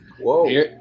Whoa